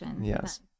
Yes